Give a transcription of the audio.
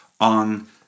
on